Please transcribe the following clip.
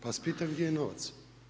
Pa vas pitam, gdje je novac?